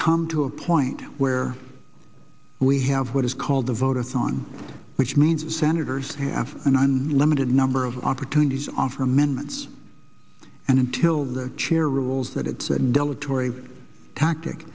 come to a point where we have what is called the votes on which means the senators have an unlimited number of opportunities offer amendments and until the chair rules that it's an delatour a tactic